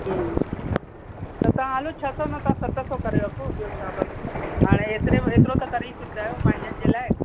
हम्म त तव्हां हलो छ्ह सौ न तव्हां सत सौ करे रखो ॿियो छा ब हाणे हेतिरे हेतिरो त करे ई सघंदा आहियो पंहिंजनि जे लाइ